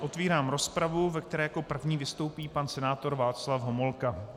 Otvírám rozpravu, ve které jako první vystoupí pan senátor Václav Homolka.